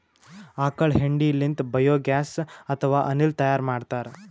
ಆಕಳ್ ಹೆಂಡಿ ಲಿಂತ್ ಬಯೋಗ್ಯಾಸ್ ಅಥವಾ ಅನಿಲ್ ತೈಯಾರ್ ಮಾಡ್ತಾರ್